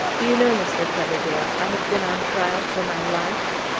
do you know, mr. coverdale, i have been on trial for my life?